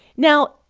now,